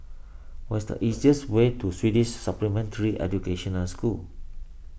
what is the easiest way to Swedish Supplementary Educational School